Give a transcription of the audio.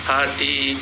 Hati